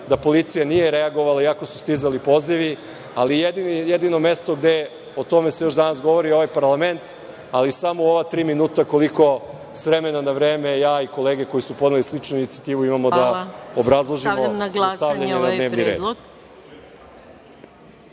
da policija nije reagovala iako su stizali pozivi, ali jedino mesto gde o tome se još danas govori je ovaj parlament, a i samo ova tri minuta koliko s vremena na vreme ja i kolege koji su podneli sličnu inicijativu, imamo da obrazložimo i da stavimo na dnevni red.